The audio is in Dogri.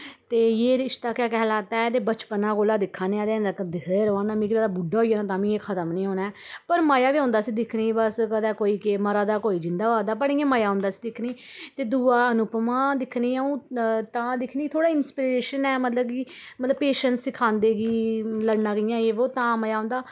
ते यह रिश्ता क्या कहलाता है बचपना कोला दिक्खा ने आं ते अजे तक दिक्खदे गै रोह्ने न मिगी लगदा बुड्डा होई जाना तां मी एह् खतम निं होना ऐ पर मजा बी औंदा इस्सी दिखने अस कदे कोई के मरा दा कोई जिंदा होआ दा बट इ'यां मजा आंदा इस्सी दिखने दे दूआ अनुपमा दिखनी अ'ऊं तां दिखनी थोह्ड़ा इंस्पिरेशन ऐ मतलब की मतलब पेशेंस सिखंदे कि लड़ना कियां एह् बो तां मजा औंदा